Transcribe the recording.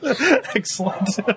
Excellent